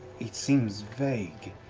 it seems vague.